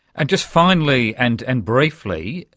and just finally and and briefly,